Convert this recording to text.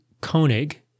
Koenig